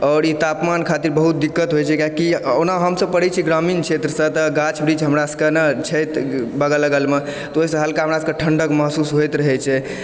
आओर ई तापमान खातिर बहुत दिक्कत होयत छै किआकि ओना हमसभ पड़ैत छी ग्रामीण क्षेत्रसँ तऽ गाछ वृक्ष हमरा सभकेँ न छै बगल अगलमे तऽ ओहिसँ हल्का हमरा सभके ठण्डक महसूस होइत रहय छै